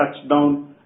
touchdown